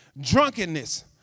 drunkenness